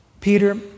Peter